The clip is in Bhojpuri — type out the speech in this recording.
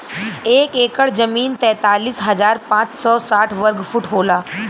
एक एकड़ जमीन तैंतालीस हजार पांच सौ साठ वर्ग फुट होला